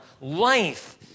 life